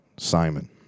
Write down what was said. Simon